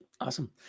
Awesome